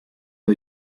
the